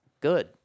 good